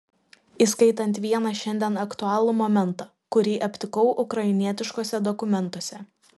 įskaitant vieną šiandien aktualų momentą kurį aptikau ukrainietiškuose dokumentuose